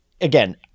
again